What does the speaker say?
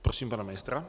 Prosím, pana ministra.